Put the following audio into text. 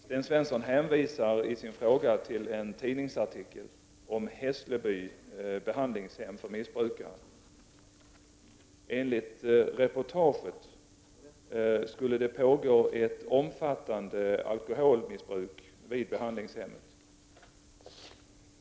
Sten Svensson hänvisar i sin fråga till en tidningsartikel om Hessleby behandlingshem för missbrukare. Enligt reportaget skulle det pågå ett omfattande alkoholmissbruk vid behandlingshemmet.